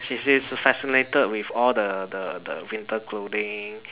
she she's fascinated with all the the the winter clothing